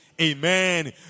Amen